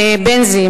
בנזי,